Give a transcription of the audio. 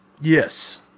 Yes